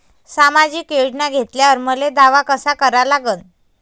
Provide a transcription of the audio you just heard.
सामाजिक योजना घेतल्यावर मले दावा कसा करा लागन?